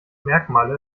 merkmale